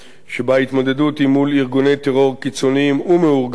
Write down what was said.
שבה ההתמודדות היא עם ארגוני טרור קיצוניים ומאורגנים,